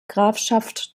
grafschaft